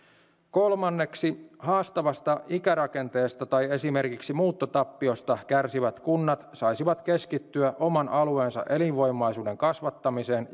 kolmanneksi haastavasta ikärakenteesta tai esimerkiksi muuttotappiosta kärsivät kunnat saisivat keskittyä oman alueensa elinvoimaisuuden kasvattamiseen